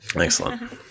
Excellent